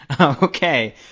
Okay